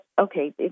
okay